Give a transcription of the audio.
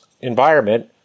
environment